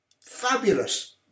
fabulous